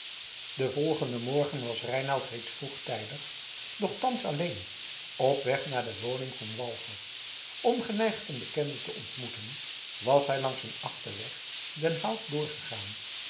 den volgenden morgen was reinout reeds vroegtijdig doch thans alleen op weg naar de woning van walger ongeneigd een bekende te ontmoeten was hij langs een achterweg den hout doorgegaan